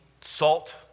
salt